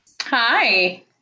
Hi